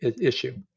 issue